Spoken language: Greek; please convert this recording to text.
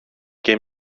και